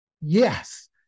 yes